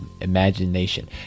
imagination